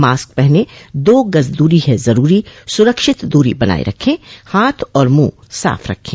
mask पहनें दो गज़ दूरी है ज़रूरी सुरक्षित दूरी बनाए रखें हाथ और मुंह साफ़ रखें